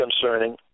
concerning